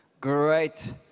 Great